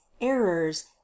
errors